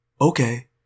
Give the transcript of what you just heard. Okay